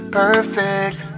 perfect